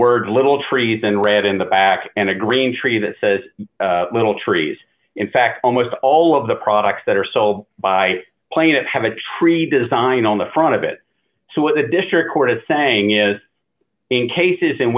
word little trees and red in the back and a green tree that says little trees in fact almost all of the products that are sold by plane that have a tree design on the front of it so what the district court is saying is in cases